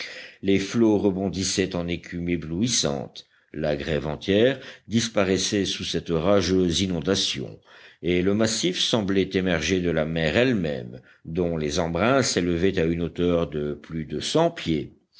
les flots rebondissaient en écume éblouissante la grève entière disparaissait sous cette rageuse inondation et le massif semblait émerger de la mer elle-même dont les embruns s'élevaient à une hauteur de plus de cent pieds